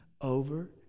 over